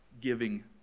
giving